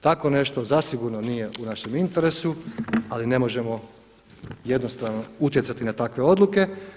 Tako nešto zasigurno nije u našem interesu, ali ne možemo jednostavno utjecati na takve odluke.